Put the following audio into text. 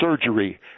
surgery